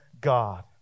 God